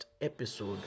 episode